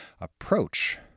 approach